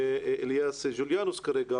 מאליאס ג'וליאנוס כרגע,